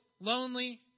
lonely